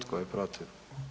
Tko je protiv?